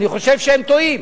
אני חושב שהם טועים.